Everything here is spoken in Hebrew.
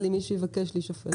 למי שיבקש להישפט.